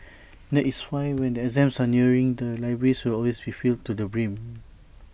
that is why when the exams are nearing the libraries will always be filled to the brim